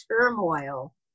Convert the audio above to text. turmoil